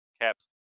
Caps